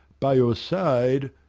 by your side,